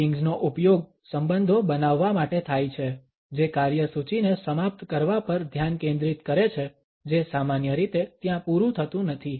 મીટિંગ્સનો ઉપયોગ સંબંધો બનાવવા માટે થાય છે જે કાર્યસૂચિને સમાપ્ત કરવા પર ધ્યાન કેન્દ્રિત કરે છે જે સામાન્ય રીતે ત્યા પુરુ થતુ નથી